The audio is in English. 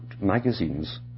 magazines